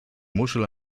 muschel